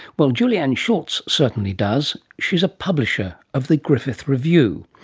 well julianne schultz certainly does. she's a publisher of the griffith review,